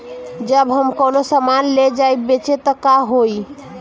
जब हम कौनो सामान ले जाई बेचे त का होही?